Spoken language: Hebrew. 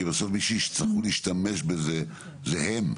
כי בסוף מי שיצטרכו להשתמש בזה זה הם.